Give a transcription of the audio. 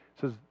says